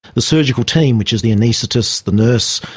the surgical team, which is the anaesthetist, the nurse,